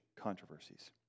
controversies